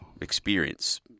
Experience